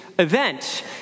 event